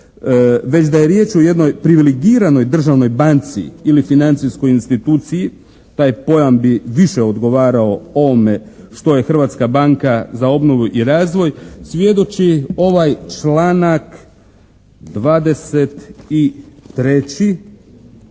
već da je riječ o jednoj privilegiranoj državnoj banci ili financijskoj instituciji taj pojam bi više odgovarao ovome što je Hrvatska banka za obnovu i razvoj svjedoči ovaj članak 23.